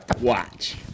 Watch